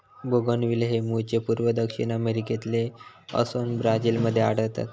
bougainvillea हे मूळचे पूर्व दक्षिण अमेरिकेतले असोन ब्राझील मध्ये आढळता